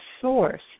source